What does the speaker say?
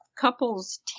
couples